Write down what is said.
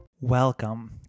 Welcome